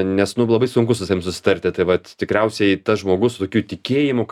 nes nu labai sunku su savim susitarti tai vat tikriausiai tas žmogus su tokiu tikėjimu ka